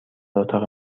اتاق